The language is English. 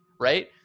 Right